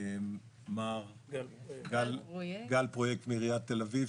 וגם מר גל פרויקט מעיריית תל אביב,